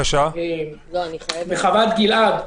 ביקר בחוות גלעד,